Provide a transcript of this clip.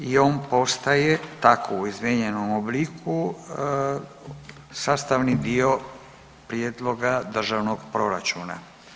I on postaje tako u izmijenjenom obliku sastavni dio Prijedloga državnog proračuna.